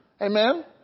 Amen